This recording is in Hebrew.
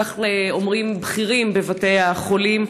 כך אומרים בכירים בבתי החולים,